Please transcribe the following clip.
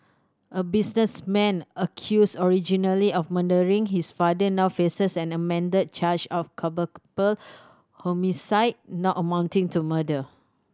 a businessman accused originally of murdering his father now faces an amended charge of homicide not amounting to murder